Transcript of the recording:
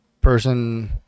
person